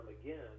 again